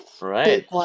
right